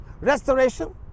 restoration